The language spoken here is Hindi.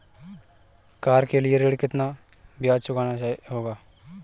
कार ऋण के लिए कितना ब्याज चुकाना होगा?